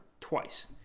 twice